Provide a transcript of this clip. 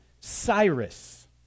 Cyrus